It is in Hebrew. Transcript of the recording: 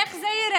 איך זה ייראה?